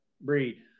Breed